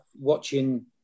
watching